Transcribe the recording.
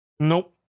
Nope